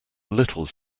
little